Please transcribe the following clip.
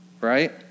right